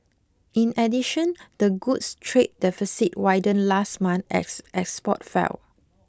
in addition the goods trade deficit widened last month as export fell